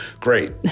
great